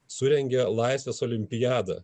surengė laisvės olimpiadą